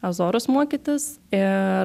azorus mokytis ir